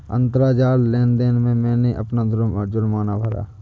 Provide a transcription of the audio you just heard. अंतरजाल लेन देन से मैंने अपना जुर्माना भरा